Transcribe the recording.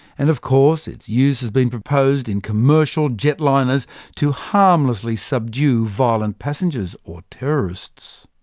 and of course, its use has been proposed in commercial jetliners to harmlessly subdue violent passengers or terrorists.